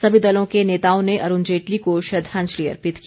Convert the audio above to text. सभी दलों के नेताओं ने अरूण जेटली को श्रद्वांजलि अर्पित की